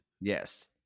Yes